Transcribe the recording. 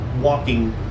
walking